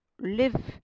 live